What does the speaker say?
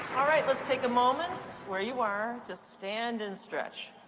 let's take a moment where you are to stand and stretch.